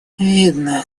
видно